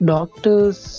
Doctors